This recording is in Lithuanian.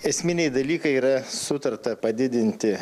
esminiai dalykai yra sutarta padidinti